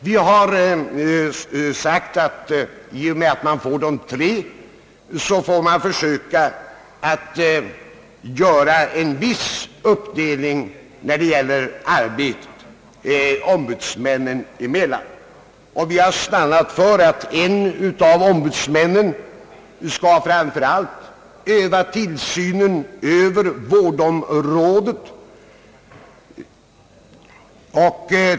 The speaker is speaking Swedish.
Vi har sagt att i och med att vi får tre ombudsmän, får man försöka göra en viss uppdelning av arbetet ombudsmännen emellan. Vi har stannat för att en av ombudsmännen framför allt skall öva tillsyn över vårdområdet.